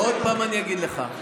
עוד פעם אני אגיד לך.